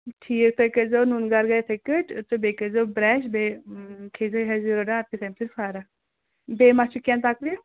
ٹھیٖک تُہۍ کٔرۍزِیٚو نُنہٕ گَرٕ گَرٕ یِتھٕے پٲٹھۍ تہٕ بیٚیہِ کٔرۍزِیٚو بَرَش بیٚیہِ کھیٚے زِیٚو یہَے زِیٖروٗ ڈال اَتِی گَژِھوٕ فَرَق بیٚیہِ ما چھُ کیٚنٛہہ تَکلیٖف